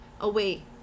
away